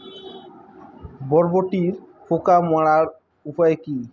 বরবটির পোকা মারার উপায় কি?